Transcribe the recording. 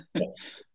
Yes